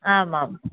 आमाम्